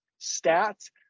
stats